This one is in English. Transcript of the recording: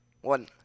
One